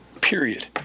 period